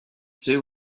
two